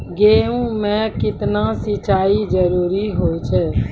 गेहूँ म केतना सिंचाई जरूरी होय छै?